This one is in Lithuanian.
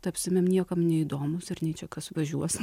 tapsime niekam neįdomūs ar nei čia kas važiuos